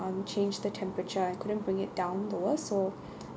um change the temperature I couldn't bring it down lower so